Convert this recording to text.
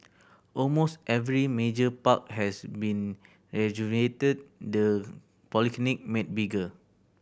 almost every major park has been rejuvenated the polyclinic made bigger